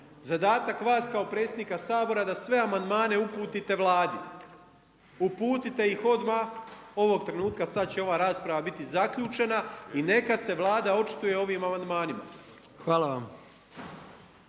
Zadatak vas kao predsjednika Sabora je da sve amandmane uputite Vladi. Uputite ih odmah, ovog trenutka, sad će ova rasprava biti zaključena i neka se Vlada očituje o ovim amandmanima.